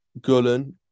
Gulen